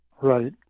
Right